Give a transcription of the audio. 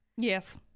Yes